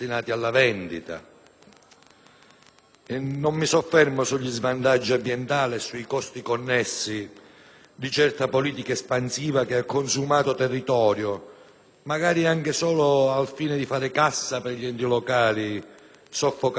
Non mi soffermo sugli svantaggi ambientali e sui costi connessi a certa politica espansiva che ha consumato territorio, magari anche solo al fine di fare cassa per gli enti locali soffocati dai continui tagli centrali;